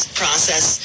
process